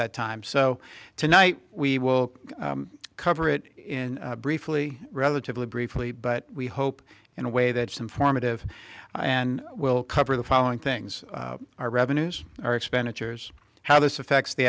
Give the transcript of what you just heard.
that time so tonight we will cover it in briefly relatively briefly but we hope in a way that some formative and we'll cover the following things our revenues our expenditures how this affects the